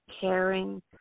caring